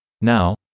Now